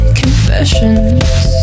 confessions